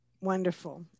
Wonderful